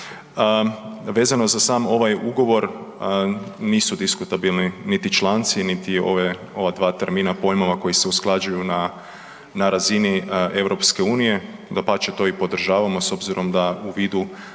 Vezano za sam ovaj ugovor, nisu diskutabilni niti članici niti ova dva termina, pojmova koja se usklađuju na razini EU, dapače, to i podržavamo, s obzirom da u vidu